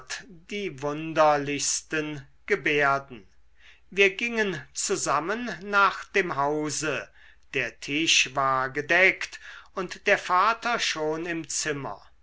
die wunderlichsten gebärden wir gingen zusammen nach dem hause der tisch war gedeckt und der vater schon im zimmer